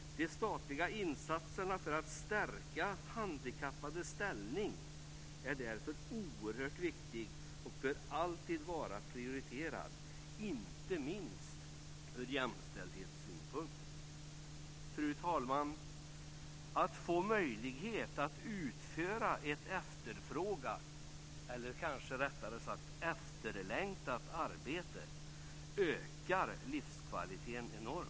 De statliga insatserna för att stärka handikappades ställning är därför oerhört viktiga bör alltid vara prioriterade, inte minst ur jämställdhetssynpunkt. Fru talman! Att få möjlighet att utföra ett efterfrågat, eller kanske rättare sagt efterlängtat, arbete ökar livskvaliteten enormt.